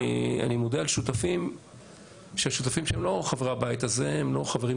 אני מודה על שותפים שהם שותפים שהם לא חברי הבית הזה,